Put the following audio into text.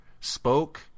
spoke